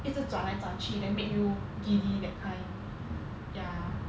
一直转来转去 that make you giddy that kind ya